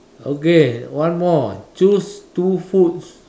okay one more choose two foods